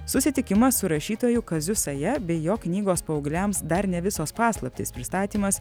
susitikimą su rašytoju kaziu saja bei jo knygos paaugliams dar ne visos paslaptys pristatymas